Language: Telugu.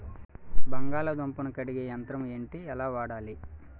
బంగాళదుంప ను కడిగే యంత్రం ఏంటి? ఎలా వాడాలి?